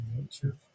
nature